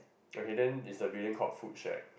okay then is the building called food shack